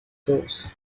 goes